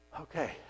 Okay